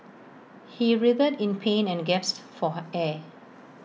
he writhed in pain and gasped for her air